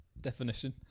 definition